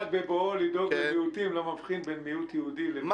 בית המשפט בבואו לדאוג למיעוטים לא מבחין בין מיעוט יהודי למיעוט אחר.